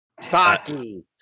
Saki